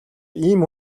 ийм